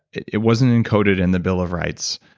it it wasn't encoded in the bill of rights,